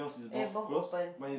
eh both open